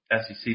SEC